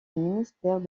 ministère